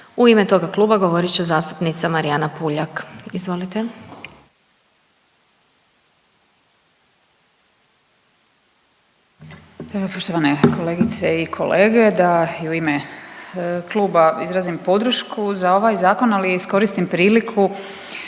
u ime toga kluba govorit će zastupnica Marijana Puljak, izvolite. **Puljak, Marijana (Centar)** Evo poštovane kolegice i kolege, da i u ime kluba izrazim podršku za ovaj zakon, ali i iskoristim priliku